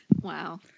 Wow